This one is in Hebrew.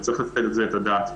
וצריך לתת על זה את הדעת.